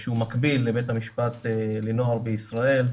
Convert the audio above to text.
שהוא מקביל לבית המשפט לנוער בישראל.